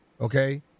Okay